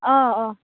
अ अ